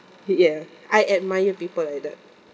ya I admire people like that